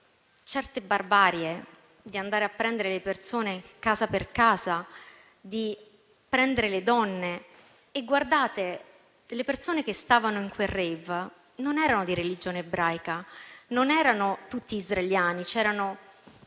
come quella di andare a prendere le persone casa per casa o di prendere le donne... E guardate che le persone che stavano in quel *rave* non erano di religione ebraica, non erano tutti israeliani: c'erano